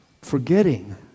forgetting